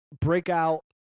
breakout